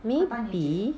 maybe